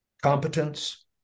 competence